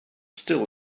still